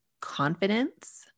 confidence